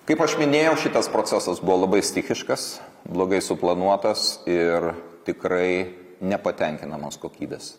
kaip aš minėjau šitas procesas buvo labai stichiškas blogai suplanuotas ir tikrai nepatenkinamos kokybės